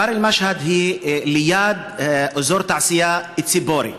כפר אל-משהד הוא ליד אזור התעשייה ציפורי.